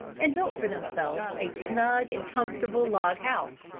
and built for themselves a snug and comfortable log-house,